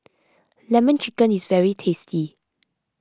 Lemon Chicken is very tasty